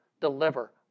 deliver